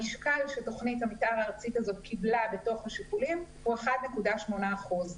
המשקל שתוכנית המתאר הארצית הזאת קיבלה בתוך השיקולים הוא 1.8 אחוז.